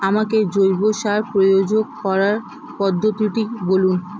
আমাকে জৈব সার প্রয়োগ করার পদ্ধতিটি বলুন?